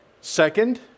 Second